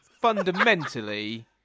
fundamentally